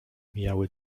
mijały